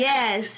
Yes